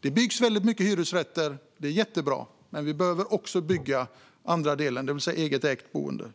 Det byggs många hyresrätter - det är jättebra - men vi behöver också bygga den andra delen, det vill säga eget ägt boende.